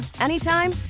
anytime